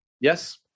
Yes